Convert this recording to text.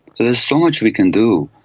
there is so much we can do,